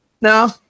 no